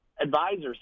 advisors